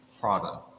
Prada